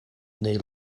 neu